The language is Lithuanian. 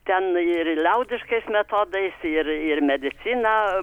ten ir liaudiškais metodais ir ir medicina